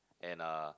and a